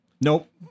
Nope